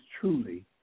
truly